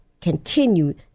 continued